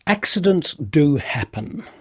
accidents do happen.